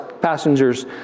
passengers